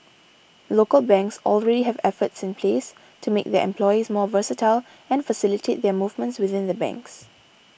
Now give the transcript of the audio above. local banks already have efforts in place to make their employees more versatile and facilitate their movements within the banks